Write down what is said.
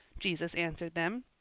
jesus answered them,